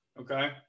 okay